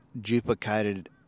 duplicated